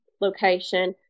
location